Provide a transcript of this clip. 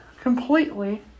completely